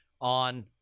on